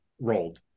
rolled